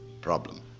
problem